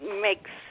makes